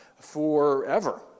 forever